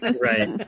Right